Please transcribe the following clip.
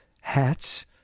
hats